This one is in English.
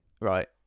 Right